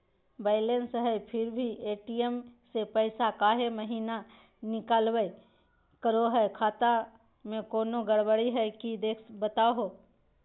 Balance है फिर भी भी ए.टी.एम से पैसा काहे महिना निकलब करो है, खाता में कोनो गड़बड़ी है की देख के बताहों?